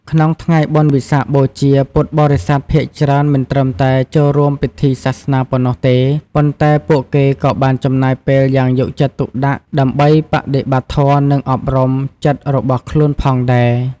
ក្នុងថ្ងៃបុណ្យវិសាខបូជា ពុទ្ធបរិស័ទភាគច្រើនមិនត្រឹមតែចូលរួមពិធីសាសនាប៉ុណ្ណោះទេ ប៉ុន្តែពួកគេក៏បានចំណាយពេលយ៉ាងយកចិត្តទុកដាក់ដើម្បីបដិបត្តិធម៌ និងអប់រំចិត្តរបស់ខ្លួនផងដែរ។